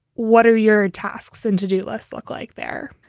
what are your tasks and to do list look like there?